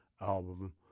album